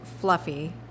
fluffy